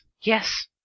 yes